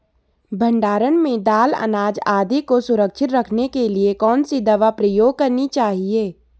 भण्डारण में दाल अनाज आदि को सुरक्षित रखने के लिए कौन सी दवा प्रयोग करनी चाहिए?